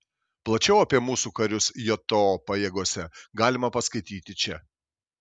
plačiau apie mūsų karius jto pajėgose galima paskaityti čia